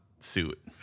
suit